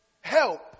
Help